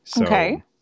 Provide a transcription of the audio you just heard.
Okay